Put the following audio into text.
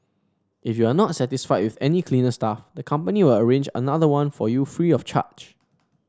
if you are not satisfied with any cleaner staff the company will arrange another one for you free of charge